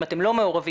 אם אתם לא מעורבים,